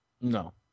No